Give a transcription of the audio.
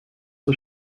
vor